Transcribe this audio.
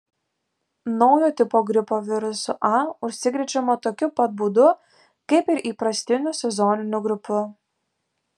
naujo tipo gripo virusu a užsikrečiama tokiu pat būdu kaip ir įprastiniu sezoniniu gripu